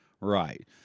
right